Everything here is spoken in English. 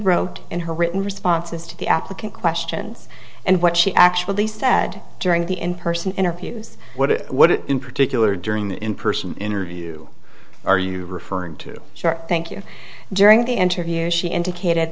wrote in her written responses to the applicant questions and what she actually said during the in person interviews what it what it in particular during the in person interview are you referring to short thank you during the interview she indicated